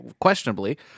Questionably